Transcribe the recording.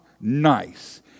nice